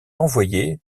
envoyé